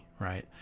right